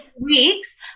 weeks